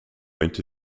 into